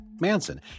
Manson